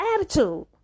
attitude